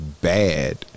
bad